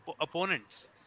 opponents